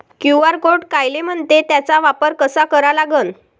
QR code कायले म्हनते, त्याचा वापर कसा करा लागन?